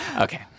Okay